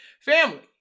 Family